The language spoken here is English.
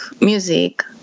music